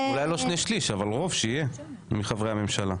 אולי לא שני שליש, אבל רוב שיהיה מחברי הממשלה.